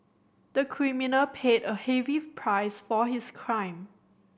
the criminal paid a heavy price for his crime